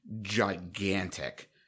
gigantic